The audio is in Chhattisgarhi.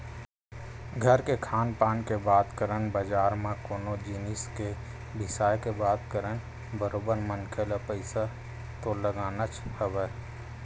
घर के खान पान के बात करन बजार म कोनो जिनिस के बिसाय के बात करन बरोबर मनखे ल पइसा तो लगानाच हवय